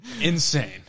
Insane